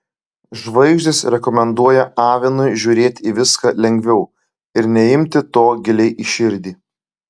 žvaigždės rekomenduoja avinui žiūrėti į viską lengviau ir neimti to giliai į širdį